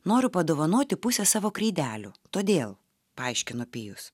noriu padovanoti pusę savo kreidelių todėl paaiškino pijus